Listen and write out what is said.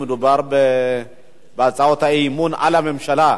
מדובר בהצעות אי-אמון נגד הממשלה.